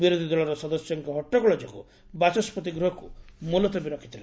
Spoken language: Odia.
ବିରୋଧୀଦଳର ସଦସ୍ୟଙ୍କ ହଟ୍ଟଗୋଳ ଯୋଗୁଁ ବାଚସ୍ବତି ଗୃହକୁ ମୁଲତବୀ ରଖିଥିଲେ